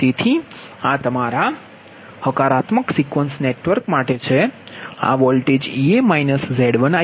તેથી આ તમારા હકારાત્મક સિક્વન્સ નેટવર્ક માટે છે આ વોલ્ટેજEa Z1Ia1 છે